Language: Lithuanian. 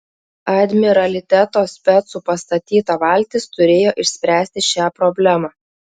admiraliteto specų pastatyta valtis turėjo išspręsti šią problemą